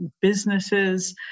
businesses